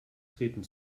treten